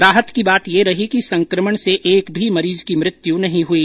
राहत यह रही कि संक्रमण से एक भी मरीज की मृत्यु नहीं हुई